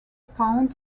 pound